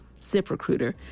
ZipRecruiter